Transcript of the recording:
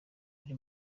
buri